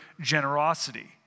generosity